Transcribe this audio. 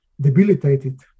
debilitated